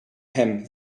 him